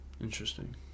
Interesting